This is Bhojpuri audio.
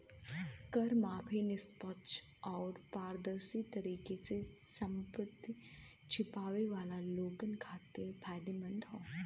कर माफी निष्पक्ष आउर पारदर्शी तरीके से संपत्ति छिपावे वाला लोगन खातिर फायदेमंद हौ